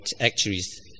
actuaries